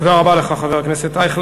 תודה רבה לך, חבר הכנסת אייכלר.